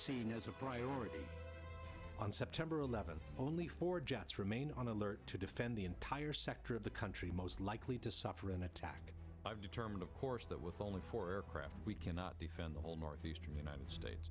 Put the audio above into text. seen as a priority on september eleventh only four jets remain on alert to defend the entire sector of the country most likely to suffer an attack i've determined of course that with only four aircraft we cannot defend the whole northeastern united states